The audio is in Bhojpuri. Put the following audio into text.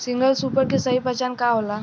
सिंगल सूपर के सही पहचान का होला?